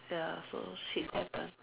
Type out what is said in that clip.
ya so shit happens